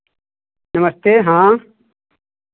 नमस्ते हाँ